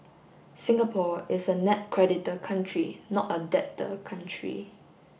Singapore is a net creditor country not a debtor country